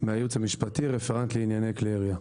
אני מהייעוץ המשפטי ורפרנט לעניין כלי ירייה.